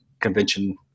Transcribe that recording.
convention